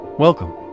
Welcome